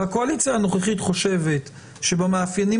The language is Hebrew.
הקואליציה הנוכחית חושבת שבמאפיינים